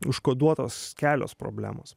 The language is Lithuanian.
užkoduotos kelios problemos